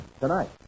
tonight